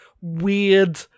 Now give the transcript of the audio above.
weird